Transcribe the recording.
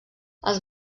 els